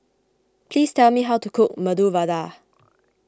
please tell me how to cook Medu Vada